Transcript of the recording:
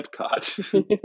Epcot